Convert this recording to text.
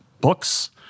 books